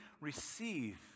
receive